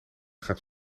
gaat